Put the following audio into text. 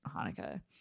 Hanukkah